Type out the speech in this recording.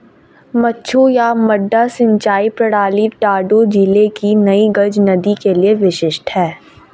मद्दू या मड्डा सिंचाई प्रणाली दादू जिले की नई गज नदी के लिए विशिष्ट है